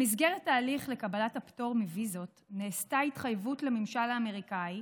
במסגרת ההליך לקבלת הפטור מוויזות נעשתה התחייבות לממשל האמריקאי